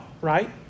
right